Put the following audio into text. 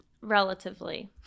relatively